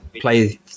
play